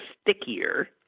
stickier